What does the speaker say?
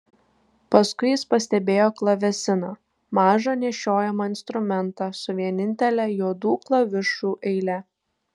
paskui jis pastebėjo klavesiną mažą nešiojamą instrumentą su vienintele juodų klavišų eile